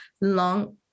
long